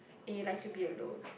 and you like to be alone